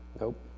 Nope